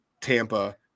tampa